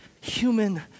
human